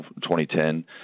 2010